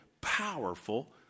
powerful